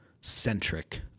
centric